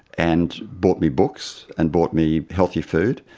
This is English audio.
and brought me books and brought me healthy food,